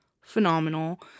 phenomenal